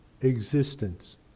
existence